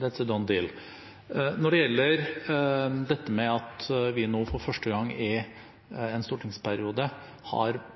«that’s a done deal». Når det gjelder det at vi nå for første gang i en stortingsperiode har